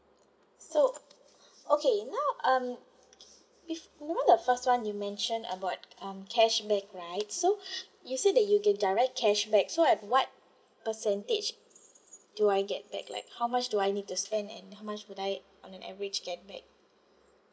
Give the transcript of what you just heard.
so okay now um bef~ you know the first [one] you mentioned about um cashback right so you said that you get direct cashback so at what percentage do I get back like how much do I need to spend and how much would I on an average get back